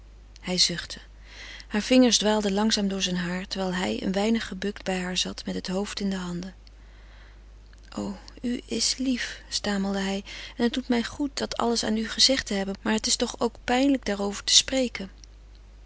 hij zuchtte hare vingers dwaalden langzaam door zijn haar terwijl hij een weinig gebukt bij haar zat met het hoofd in de handen o u is lief stamelde hij en het doet mij goed dat alles aan u gezegd te hebben maar het is toch ook pijnlijk daarover te spreken